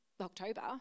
October